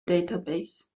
database